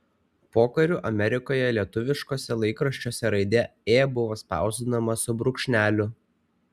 pokariu amerikoje lietuviškuose laikraščiuose raidė ė buvo spausdinama su brūkšneliu